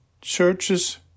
churches